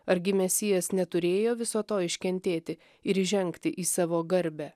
argi mesijas neturėjo viso to iškentėti ir įžengti į savo garbę